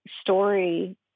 story